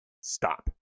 Stop